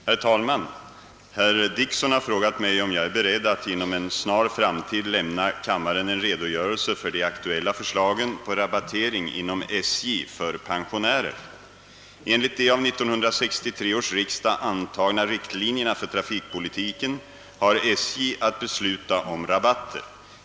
Herr talman! Herr Dickson har frågat mig om jag är beredd att inom en snar framtid lämna kammaren en redogörelse för de aktuella förslagen på rabattering inom SJ för pensionärer. Enligt de av 1963 års riksdag antagna riktlinjerna för trafikpolitiken har SJ att besluta om rabatter.